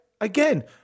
Again